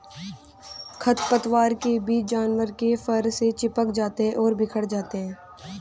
खरपतवार के बीज जानवर के फर से चिपक जाते हैं और बिखर जाते हैं